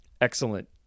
Excellent